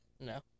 No